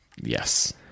Yes